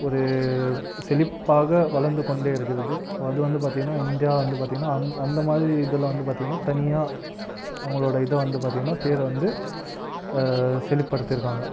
ஒரு செழிப்பாக வளர்ந்து கொண்டே இருக்கிறது ஸோ அது வந்து பார்த்திங்கன்னா இந்தியா வந்து பார்த்திங்கன்னா அந் அந்த மாதிரி இதில் வந்து பார்த்திங்கன்னா தனியாக அவங்களோட இதை வந்து பார்த்திங்கன்னா பேரை வந்து சரிபடுத்திருக்காங்க